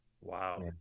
Wow